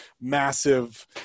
massive